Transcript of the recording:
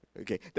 Okay